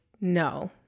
no